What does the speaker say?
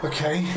Okay